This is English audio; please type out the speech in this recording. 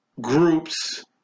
groups